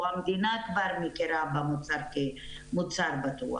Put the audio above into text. או המדינה כבר מכירה במוצר כמוצר בטוח.